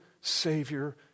Savior